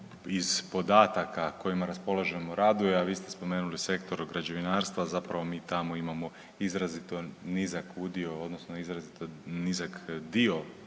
iz podataka kojima raspolažemo raduje, a vi ste spomenuli sektor građevinarstva zapravo mi tamo imamo izrazito nizak udio odnosno izrazito nizak dio